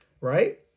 Right